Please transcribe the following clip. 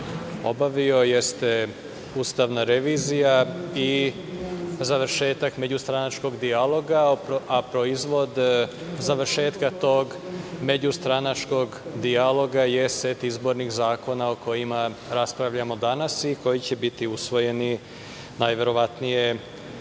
obavio ustavna revizija i završetak međustranačkog dijaloga, a proizvod završetka tog međustranačkog dijaloga je set izbornih zakona o kojima raspravljamo danas i koji će biti usvojeni najverovatnije